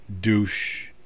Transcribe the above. douche